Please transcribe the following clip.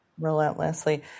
relentlessly